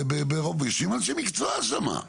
יושבים אנשי מקצועי שם,